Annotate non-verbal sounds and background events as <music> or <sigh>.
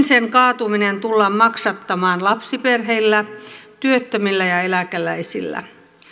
<unintelligible> sen kaatuminen tullaan maksattamaan lapsiperheillä työttömillä ja eläkeläisillä